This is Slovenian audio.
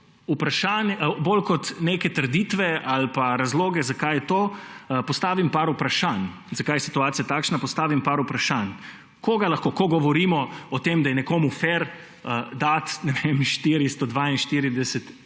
Tukaj bolj kot neke trditve ali pa razloge, zakaj to, postavim nekaj vprašanj. Zakaj je situacija takšna, postavim nekaj vprašanj. Koga lahko, ko govorimo o tem, da je nekomu fer dati 442 evrov